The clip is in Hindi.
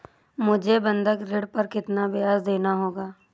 मुझे बंधक ऋण पर कितना ब्याज़ देना होगा?